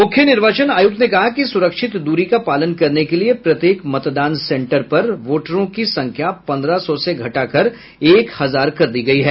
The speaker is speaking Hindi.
मुख्य निर्वाचन आयुक्त ने कहा कि सुरक्षित दूरी का पालन करने के लिए प्रत्येक मतदान सेंटर पर वोटरों की संख्या पन्द्रह सौ से घटा कर एक हजार कर दी गयी है